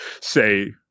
say